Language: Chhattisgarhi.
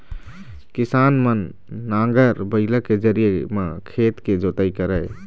किसान मन नांगर, बइला के जरिए म खेत के जोतई करय